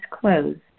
closed